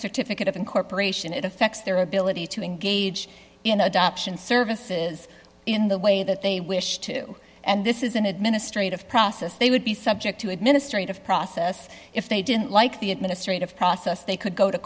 certificate of incorporation it affects their ability to engage in adoption services in the way that they wish to and this is an administrative process they would be subject to administrative process if they didn't like the administrative process they could go to